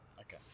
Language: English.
okay